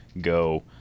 go